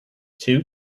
two